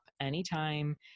anytime